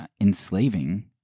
enslaving